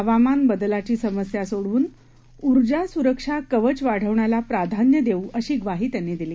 हवामानबदलाची समस्या सोडवून ऊर्जा सुरक्षा कवच वाढवण्याला प्राधान्य देऊ अशी ग्वाही त्यांनी दिली